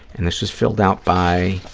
and this was filled out by